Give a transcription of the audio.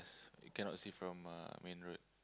s~ you cannot see from uh main road